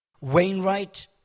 Wainwright